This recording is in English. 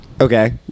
Okay